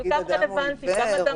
אגב, אני